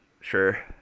Sure